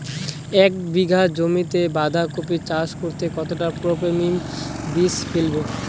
এক বিঘা জমিতে বাধাকপি চাষ করতে কতটা পপ্রীমকন বীজ ফেলবো?